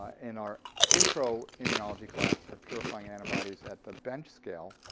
ah in our intro immunology classes, they're purifying antibodies at the bench scale.